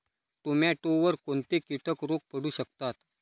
टोमॅटोवर कोणते किटक रोग पडू शकतात?